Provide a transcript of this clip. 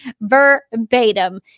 verbatim